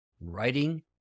writing